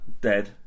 Dead